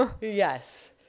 Yes